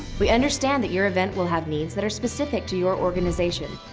we understand that your event will have needs that are specific to your organization.